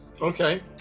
Okay